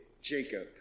Jacob